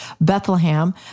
Bethlehem